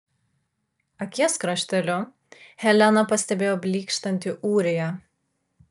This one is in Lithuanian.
akies krašteliu helena pastebėjo blykštantį ūriją